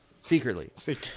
Secretly